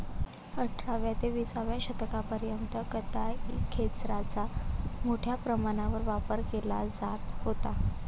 अठराव्या ते विसाव्या शतकापर्यंत कताई खेचराचा मोठ्या प्रमाणावर वापर केला जात होता